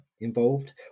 Involved